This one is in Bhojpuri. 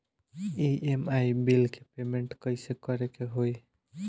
ई.एम.आई बिल के पेमेंट कइसे करे के होई?